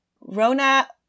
Rona